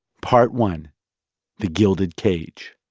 part one the gilded cage